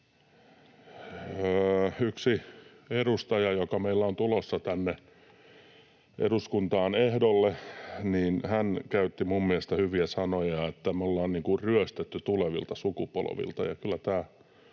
Yksi edustaja, joka meillä on tulossa tänne eduskuntaan ehdolle, käytti minun mielestäni hyviä sanoja: me ollaan ryöstetty tulevilta sukupolvilta.